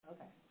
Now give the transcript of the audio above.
Okay